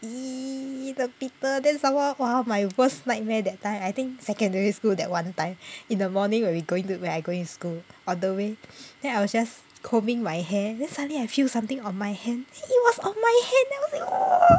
!ee! the beetle then some more !wah! my worst nightmare that time I think secondary school that one time in the morning where we going to where I going school on the way then I was just combing my hair then suddenly I feel something on my hand it was on my hand then I was like